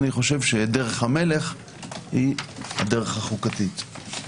אני חושב שדרך המלך היא הדרך החוקתית.